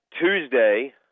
Tuesday